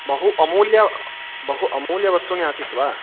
बहु अमूल्य बहु अमूल्यवस्तूनि आसीत् वा